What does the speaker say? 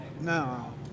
No